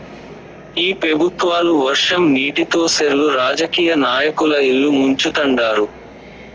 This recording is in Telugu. ఈ పెబుత్వాలు వర్షం నీటితో సెర్లు రాజకీయ నాయకుల ఇల్లు ముంచుతండారు